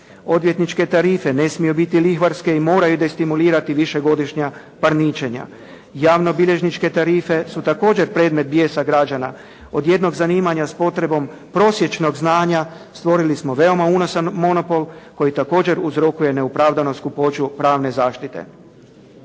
Odvjetničke tarife ne smiju biti lihvarske i moraju destimulirati višegodišnja parničenja. Javnobilježničke tarife su također predmet bijesa građana. Od jednog zanimanja s potrebom prosječnog znanja stvorili smo veoma unosan monopol koji također uzrokuje neopravdanu skupoću pravne zaštite.